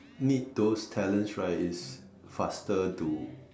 need those talents right is faster to